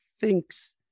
thinks